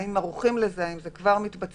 האם אתם ערוכים לזה והאם זה כבר מתבצע.